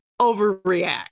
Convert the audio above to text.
overreact